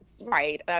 right